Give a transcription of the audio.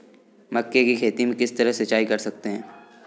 मक्के की खेती में किस तरह सिंचाई कर सकते हैं?